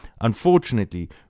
Unfortunately